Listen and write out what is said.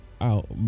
out